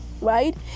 right